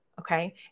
Okay